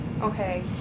Okay